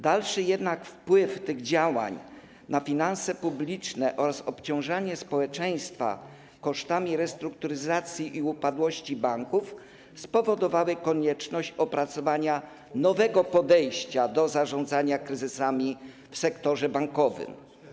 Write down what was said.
Dalszy jednak wpływ tych działań na finanse publiczne oraz obciążanie społeczeństwa kosztami restrukturyzacji i upadłości banków spowodowały konieczność opracowania nowego podejścia do zarządzania kryzysami w sektorze bankowym.